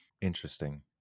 Interesting